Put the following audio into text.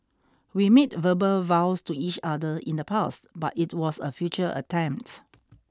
we made verbal vows to each other in the past but it was a future attempt